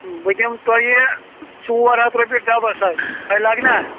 بہٕ دِمہٕ تۄہہِ ژور ہَتھ رۄپیہِ ڈَبَس حظ تۄہہِ لَگ نا